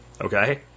Okay